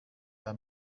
aya